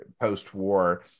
post-war